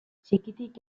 txikitik